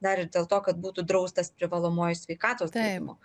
dar ir dėl to kad būtų draustas privalomuoju sveikatos draudimu